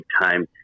time